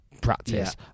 practice